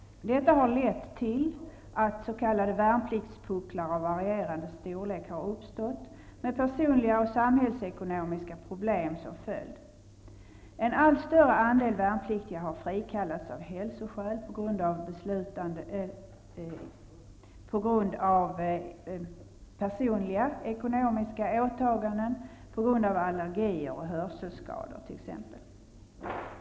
Detta har lett till att s.k. värnpliktspucklar av varierande storlek har uppstått med personliga och samhällsekonomiska problem som följd. En allt större andel värnpliktikga har frikallats av hälsoskäl, på grund av personliga ekonomiska åtaganden och till följd av allergier och hörselskador.